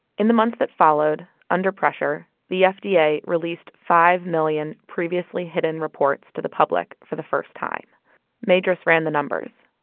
in the months that followed, under pressure, the fda released five million previously hidden reports to the public for the first time madris ran the numbers.